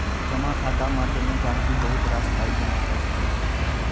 जमा खाता माध्यमे गहिंकी बहुत रास पाइ जमा कए सकै छै